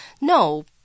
No